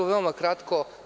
Veoma kratko.